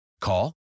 Call